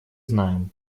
знаем